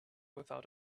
without